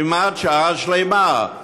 כמעט שעה שלמה.